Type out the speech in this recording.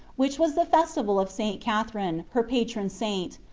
which was the festival of st. catherine, her patron saint,